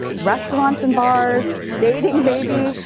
restaurants and bars, dating, maybe,